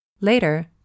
Later